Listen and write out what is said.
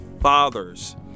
fathers